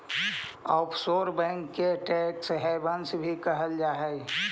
offshore bank के tax havens भी कहल जा हइ